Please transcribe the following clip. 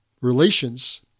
relations